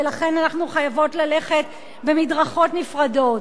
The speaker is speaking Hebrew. ולכן אנחנו חייבות ללכת במדרכות נפרדות,